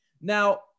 Now